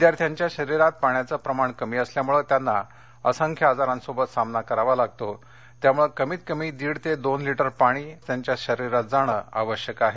विद्यार्थ्यांच्या शरीरात पाण्याचं प्रमाण कमीअसल्यामुळं त्यांना असंख्या आजारांशी सामना करावा लागतो त्यामुळं कमीत कमी दीड ते दोन लिटर पाणीत्यांच्या शरीरात जाणं आवश्यक आहे